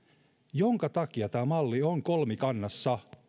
minkä takia tämä malli on kolmikannassa